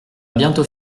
bientôt